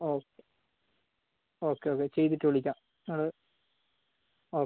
okay okay okay ചെയ്തിട്ട് വിളിക്കാം നിങ്ങള് ഓ